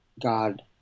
God